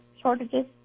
shortages